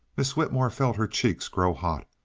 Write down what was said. miss whitmore felt her cheeks grow hot,